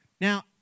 Now